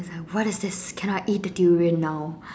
what is this can I eat the durian now